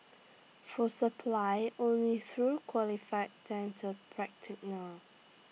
for supply only through qualified dental